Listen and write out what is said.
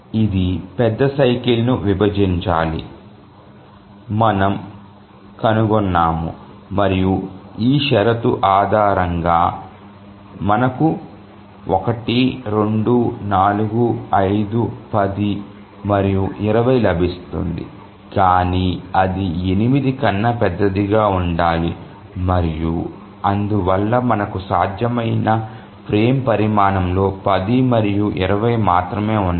ఇది పెద్ద సైకిల్ ను విభజించాలని మనము కనుగొన్నాము మరియు ఆ షరతు ఆధారంగా మనకు 1 2 4 5 10 మరియు 20 లభిస్తుంది కాని అది 8 కన్నా పెద్దదిగా ఉండాలి మరియు అందువల్ల మనకు సాధ్యమైన ఫ్రేమ్ పరిమాణంలో 10 మరియు 20 మాత్రమే ఉన్నాయి